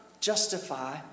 justify